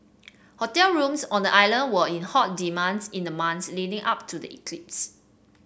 hotel rooms on the island were in hot demands in the months leading up to the eclipse